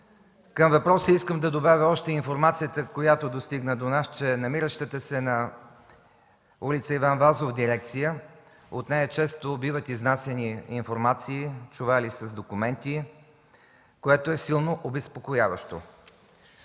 Към въпроса искам да добавя още информацията, която достигна до нас, че от намиращата се на ул. „Иван Вазов” дирекция често биват изнасяни информации, чували с документи, което е силно обезпокояващо.